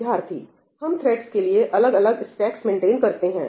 विद्यार्थी हम थ्रेडस के लिए अलग अलग स्टैकस मेंटेन करते हैं